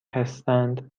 هستند